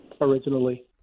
originally